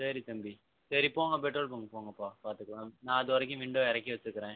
சரி தம்பி சரி போங்க பெட்ரோல் பங்க் போங்கப்பா பார்த்துக்கலாம் நான் அது வரைக்கும் விண்டோவை இறக்கி வச்சுகிறேன்